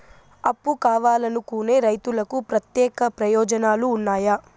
అప్పు కావాలనుకునే రైతులకు ప్రత్యేక ప్రయోజనాలు ఉన్నాయా?